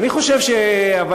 אבל,